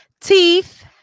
Teeth